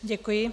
Děkuji.